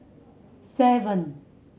seven